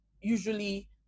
usually